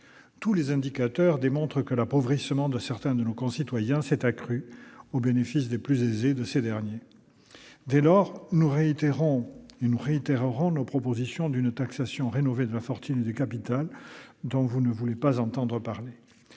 Tous les indicateurs démontrent que l'appauvrissement de certains de nos concitoyens s'est aggravé, au bénéfice des plus aisés. Dès lors, nous continuerons de réitérer nos propositions pour une taxation rénovée de la fortune et du capital, dont vous ne voulez pas entendre parler.